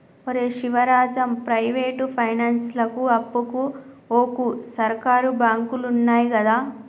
ఒరే శివరాజం, ప్రైవేటు పైనాన్సులకు అప్పుకు వోకు, సర్కారు బాంకులున్నయ్ గదా